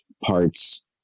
parts